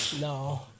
No